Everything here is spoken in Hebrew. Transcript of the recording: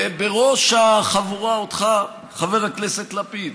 ובראש החבורה אותך, חבר הכנסת לפיד,